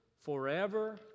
forever